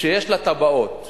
שיש לה תב"עות